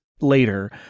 later